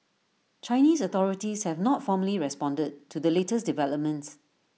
Chinese authorities have not formally responded to the latest developments